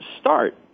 start